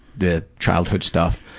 the childhood stuff,